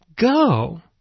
go